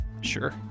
Sure